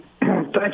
Thank